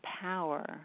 power